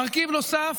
מרכיב נוסף,